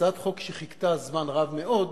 הצעת החוק חיכתה זמן רב מאוד